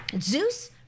Zeus